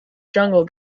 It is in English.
jungle